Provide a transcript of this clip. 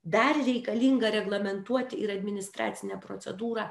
dar reikalinga reglamentuot ir administracinę procedūrą